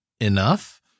enough